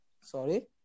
Sorry